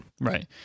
Right